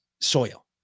soil